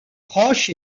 proche